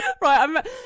right